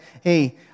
hey